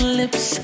lips